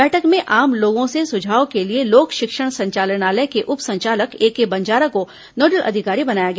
बैठक में आम लोगों से सुझाव के लिए लोक शिक्षण संचालनालय के उप संचालक एके बंजारा को नोडल अधिकारी बनाया गया